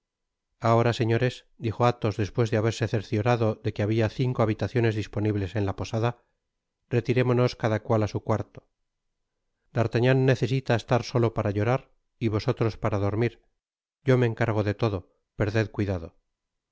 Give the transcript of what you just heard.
ahora señores dijo athos despues de haberse cerciorado de que habia cinco habitaciones disponibles en la posada retirémonos cada cual á su cuarto d'artagnan necesita estar solo para llorar y vosotros para dormir yo me encargo de todo perded cuidado